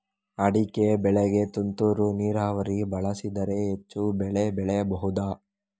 ಅಡಿಕೆ ಬೆಳೆಗೆ ತುಂತುರು ನೀರಾವರಿ ಬಳಸಿದರೆ ಹೆಚ್ಚು ಬೆಳೆ ಬೆಳೆಯಬಹುದಾ?